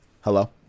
Hello